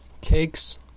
Cakes